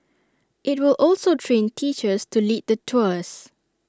IT will also train teachers to lead the tours